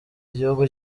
igihugu